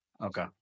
Okay